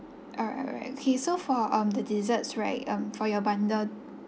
alright alright okay so for um the desserts right um for your bundle